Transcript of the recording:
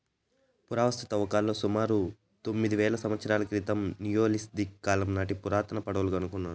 పురావస్తు త్రవ్వకాలలో సుమారు తొమ్మిది వేల సంవత్సరాల క్రితం నియోలిథిక్ కాలం నాటి పురాతన పడవలు కనుకొన్నారు